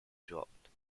dropped